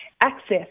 access